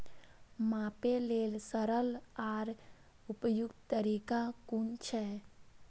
मापे लेल सरल आर उपयुक्त तरीका कुन छै?